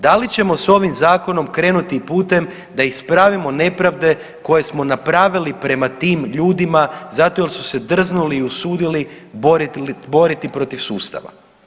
Da li ćemo s ovim zakonom krenuti putem da ispravimo nepravde koje smo napravili prema tim ljudima zato jel su se drznuli i usudili boriti protiv sustava?